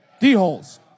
D-Holes